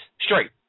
straight